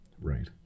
Right